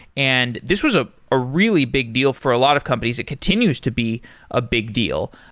and this was ah a really big deal for a lot of companies. it continues to be a big deal.